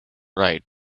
right